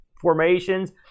formations